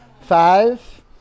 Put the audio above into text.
Five